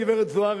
הגברת זוארץ,